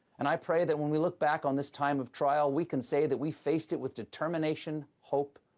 and i pray that when we look back on this time of trial, we can say that we faced it with determination, hope,